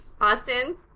Austin